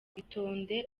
itonde